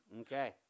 okay